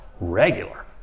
regular